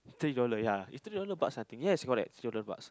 three dollar ya is three dollar bucks I think yes correct three dollar bucks